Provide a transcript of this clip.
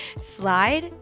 Slide